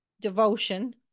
devotion